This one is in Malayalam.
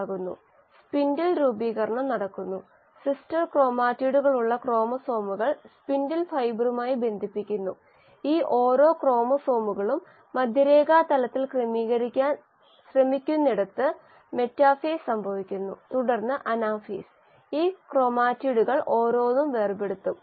നിരക്കുകളുടെ അടിസ്ഥാനത്തിൽ ഇതിനെ പ്രതിനിധീകരിക്കുന്നതിനുള്ള ഒരു മാർഗ്ഗം വളർച്ചാ നിരക്ക് ഒരു പ്രത്യേക നിർദ്ദിഷ്ട വളർച്ചാ നിരക്കിന് തുല്യമാണ് ഇത് ഒരു പ്രത്യേക വളർച്ചാ നിരക്ക് കോശങ്ങളുടെ സാന്ദ്രതയേക്കാൾ x ഇരട്ടിയാണ് മാത്രമല്ല ഈ നിർദ്ദിഷ്ട വളർച്ചാ നിരക്ക് യഥാർത്ഥ നിർദ്ദിഷ്ട വളർച്ചാ നിരക്ക് തമ്മിലുള്ള വ്യത്യാസമായി നിർവചിക്കാം